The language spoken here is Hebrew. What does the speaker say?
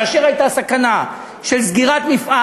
כאשר הייתה סכנה של סגירת מפעל